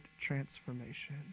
transformation